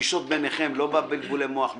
בפגישות ביניכם, לא בבלבולי מוח מולי.